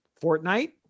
Fortnite